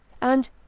and